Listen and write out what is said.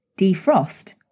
defrost